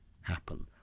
happen